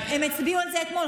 הם הצביעו על זה אתמול.